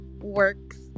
works